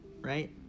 right